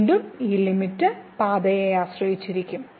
വീണ്ടും ഈ ലിമിറ്റ് പാതയെ ആശ്രയിച്ചിരിക്കുന്നു